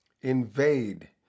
invade